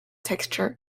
texture